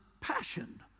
passion